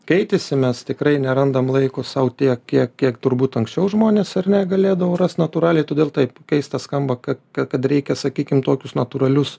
keitėsi mes tikrai nerandam laiko sau tiek kiek kiek turbūt anksčiau žmonės ar ne galėdavo rast natūraliai todėl taip keista skamba kad kad reikia sakykim tokius natūralius